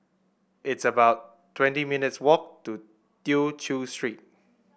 it's about twenty minutes' walk to Tew Chew Street